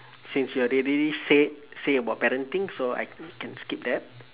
since you already said say about parenting so I can skip that